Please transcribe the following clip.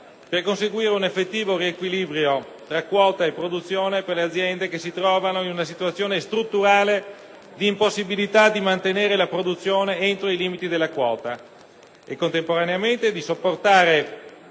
per conseguire un effettivo riequilibrio tra quota e produzione per le aziende che si trovano in una situazione strutturale di impossibilità di mantenere la produzione entro i limiti della quota e, contemporaneamente, di sopportare